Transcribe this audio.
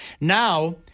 Now